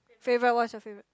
favourite what's your favourite